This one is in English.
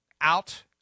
out